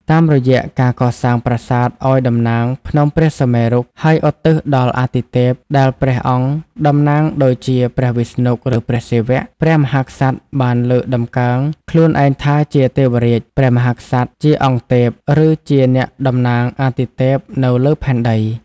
តាមរយៈការកសាងប្រាសាទឱ្យតំណាងភ្នំព្រះសុមេរុ ហើយឧទ្ទិសដល់អាទិទេពដែលព្រះអង្គតំណាង ដូចជាព្រះវិស្ណុ ឬព្រះសិវៈ ព្រះមហាក្សត្របានលើកតម្កើងខ្លួនឯងថាជា ទេវរាជ ព្រះមហាក្សត្រជាអង្គទេព ឬជាអ្នកតំណាងអាទិទេពនៅលើផែនដី។